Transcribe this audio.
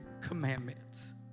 commandments